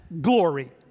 glory